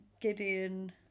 Gideon